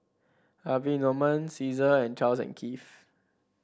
Harvey Norman Cesar and Charles and Keith